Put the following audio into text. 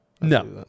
No